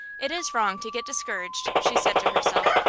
it is wrong to get discouraged, she said to herself.